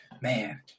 man